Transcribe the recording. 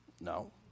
No